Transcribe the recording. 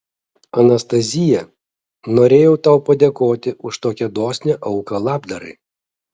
anastazija norėjau tau padėkoti už tokią dosnią auką labdarai